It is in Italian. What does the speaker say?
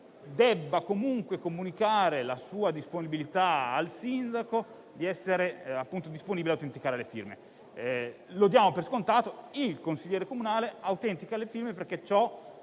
debba comunque comunicare la sua disponibilità al sindaco ad autenticare le firme. Lo diamo per scontato: il consigliere comunale autentica le firme perché ciò